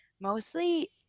mostly